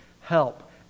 help